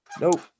Nope